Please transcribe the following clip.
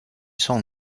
son